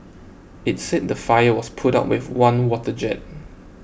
it said the fire was put out with one water jet